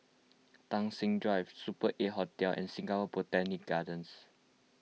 Tai Seng Drive Super eight Hotel and Singapore Botanic Gardens